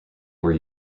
were